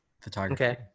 photography